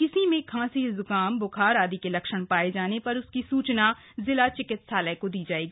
किसी में खांसी जुकाम बुखार आदि के लक्षण पाये जाने पर उसकी सूचना जिला चिकित्सालय को दी जाएगी